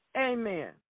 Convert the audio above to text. Amen